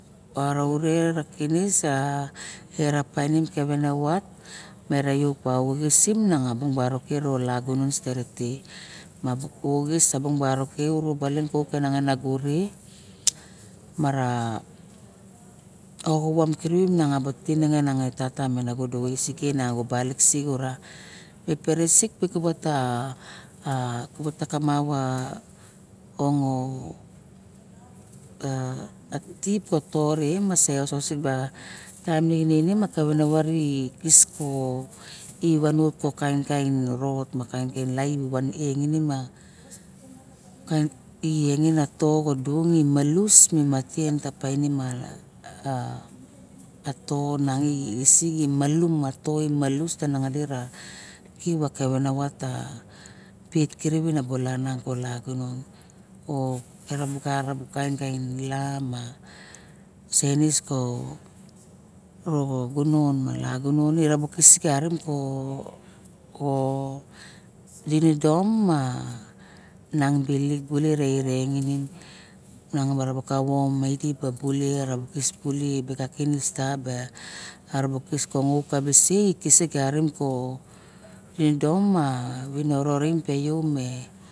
E baraure a kinis e painim kevenevat mera yupau sixin ero lagunon steret e ma paixis barok ke nangan logo ma ra oxavam kivim ban tixuim nago me tata do ga xuis ike u balis si ura peresik pupu xata a kamap a ongo atipa tor e ma se osixe taim ma kevenavat ir isko wanet ikisko ivanuat ko kain kai lait ma i ena diet matien i malus painin a i va kevenavat a vet kirip e balana gunon o gor a ba kaikai lam ma senis moxo gunon ma lagunon kisik o dinidom ma bulik miang marabe kave kis kangaot miang mara kamong kou ka visik kearim didom mo vinoro rimke yo mu.